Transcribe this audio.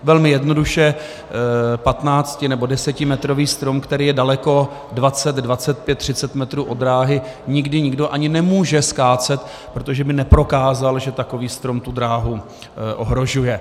Velmi jednoduše, 15 nebo 10metrový strom, který je daleko 20, 25, 30 metrů od dráhy, nikdy nikdo ani nemůže skácet, protože by neprokázal, že takový strom tu dráhu ohrožuje.